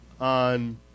on